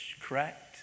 Correct